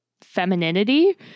femininity